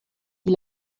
die